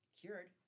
cured